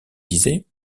disait